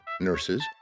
nurses